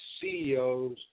CEOs